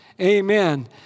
Amen